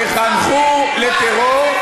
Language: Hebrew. תחנכו לטרור,